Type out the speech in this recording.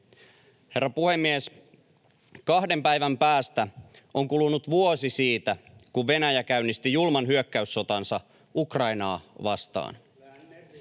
Herra puhemies! Kahden päivän päästä on kulunut vuosi siitä, kun Venäjä käynnisti julman hyökkäyssotansa Ukrainaa vastaan.